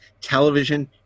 television